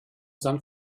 san